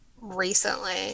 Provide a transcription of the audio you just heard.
recently